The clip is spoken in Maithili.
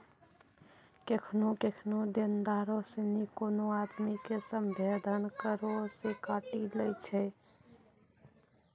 केखनु केखनु देनदारो सिनी कोनो आदमी के सभ्भे धन करो से काटी लै छै